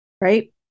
right